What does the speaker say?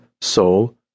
soul